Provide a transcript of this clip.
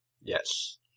Yes